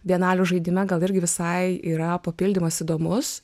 bienalių žaidime gal irgi visai yra papildymas įdomus